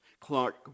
Clark